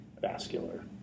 vascular